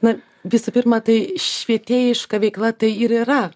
na visų pirma tai švietėjiška veikla tai ir yra